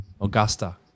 Augusta